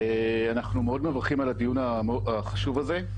אנחנו מאוד מברכים על הדיון החשוב הזה.